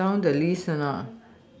down the list or not